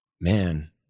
man